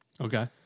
Okay